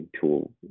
tool